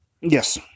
Yes